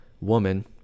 woman